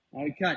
Okay